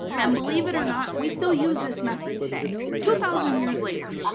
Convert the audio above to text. and believe it or not, we still use this method today two thousand years later,